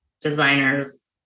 designers